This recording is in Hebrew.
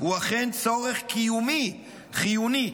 הוא אכן צורך קיומי, חיוני,